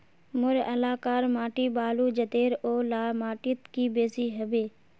मोर एलाकार माटी बालू जतेर ओ ला माटित की बेसी हबे?